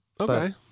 Okay